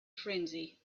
frenzy